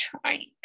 trying